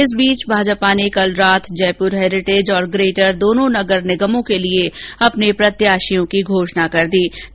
इस बीच भाजपा ने कल रात जयपुर हैरीटेज और ग्रेटर दोनों नगर निगमों के लिये प्रत्याशियों की घोषणा कर दी है